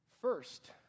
first